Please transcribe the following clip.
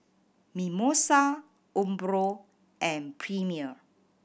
Mimosa Umbro and Premier